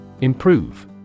Improve